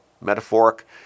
metaphoric